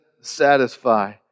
satisfy